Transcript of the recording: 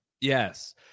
Yes